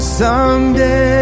someday